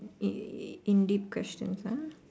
eh in deep questions ah